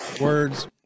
words